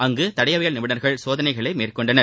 அங்கு தடயவியல் நிபுணர்கள் சோதனைகளை மேற்கொண்டனர்